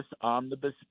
omnibus